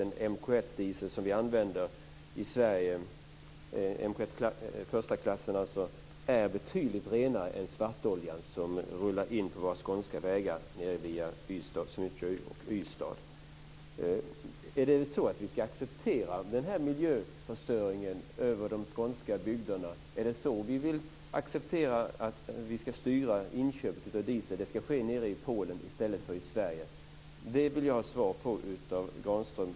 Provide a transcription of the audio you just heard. Den MK 1-diesel som vi använder i Sverige är betydligt renare än den svartolja som rullar in på våra skånska vägar via Swinoujscie och Ystad. Ska vi acceptera den här miljöförstöringen över de skånska bygderna? Är det så vi ska styra inköp av diesel? Ska de ske nere i Polen i stället för i Sverige? Det vill jag ha svar på av Granström.